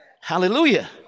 Hallelujah